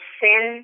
sin